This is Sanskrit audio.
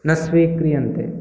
न स्वीक्रियन्ते